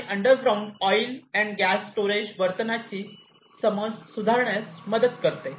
आणि अंडरग्राउंड भूमिगत oil and gas storage वर्तनाची समज सुधारण्यात मदत करते